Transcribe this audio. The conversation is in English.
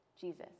Jesus